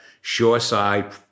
shoreside